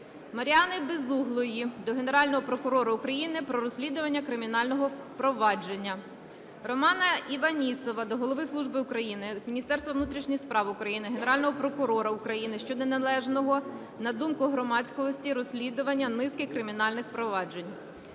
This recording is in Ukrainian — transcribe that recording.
Мар'яни Безуглої до Генерального прокурора України про розслідування кримінального провадження. Романа Іванісова до Голови Служби… України, Міністерства внутрішніх справ України, Генерального прокурора України щодо неналежного, на думку громадськості, розслідування низки кримінальних проваджень.